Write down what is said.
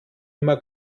immer